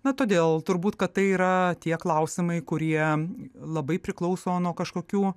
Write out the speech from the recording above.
na todėl turbūt kad tai yra tie klausimai kurie labai priklauso nuo kažkokių